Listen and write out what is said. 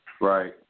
Right